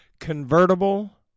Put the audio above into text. Convertible